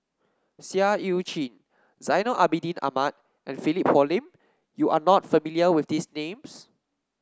Seah Eu Chin Zainal Abidin Ahmad and Philip Hoalim You are not familiar with these names